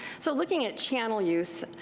so looking at channel use,